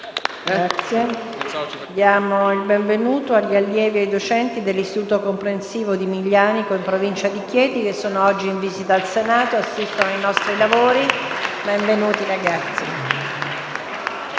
Diamo il benvenuto agli allievi e ai docenti dell'Istituto comprensivo di Miglianico, in provincia di Chieti, che sono oggi in visita al Senato e assistono ai nostri lavori. Benvenuti, ragazzi.